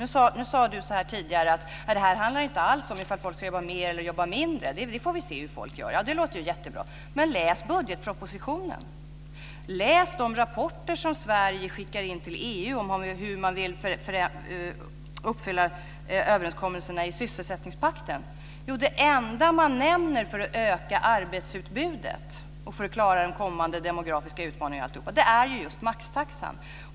Nu sade Eva Johansson att det inte alls handlar om att människor ska jobba mer eller mindre, utan att vi får se hur människor gör. Det låter jättebra, men läs budgetpropositionen! Läs de rapporter som Sverige skickar in till EU om hur man vill uppfylla överenskommelserna i sysselsättningspakten. Det enda man nämner för att öka arbetsutbudet och för att klara de kommande demografiska utmaningarna är maxtaxan.